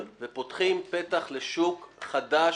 פותחים פתח לשוק חדש,